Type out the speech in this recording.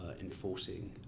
enforcing